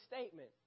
statement